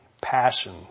passion